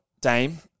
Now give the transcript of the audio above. Dame